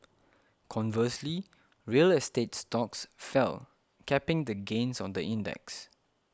conversely real estate stocks fell capping the gains on the index